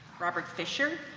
robert fisher.